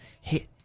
hit